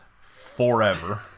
forever